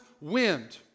wind